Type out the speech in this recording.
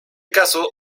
caso